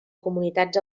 comunitats